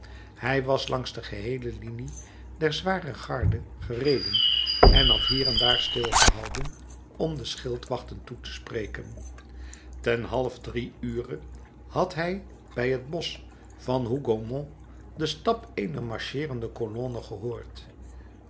hij was langs de geheele linie der zware garde gereden en had hier en daar stil gehouden om de schildwachten toe te spreken ten half drie ure had hij bij het bosch van hougomont den stap eener marcheerende kolonne gehoord